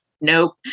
Nope